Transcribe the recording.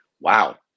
Wow